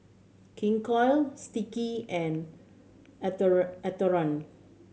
King Koil Sticky and Atherton